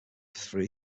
three